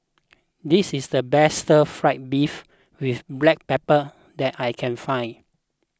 this is the best Stir Fried Beef with Black Pepper that I can find